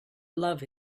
love